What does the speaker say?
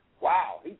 wow